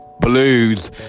blues